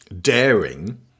daring